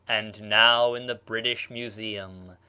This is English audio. and now in the british museum.